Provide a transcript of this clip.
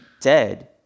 dead